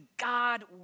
God